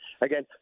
Again